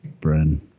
Bren